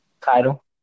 title